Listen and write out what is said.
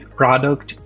product